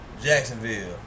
Jacksonville